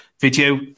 video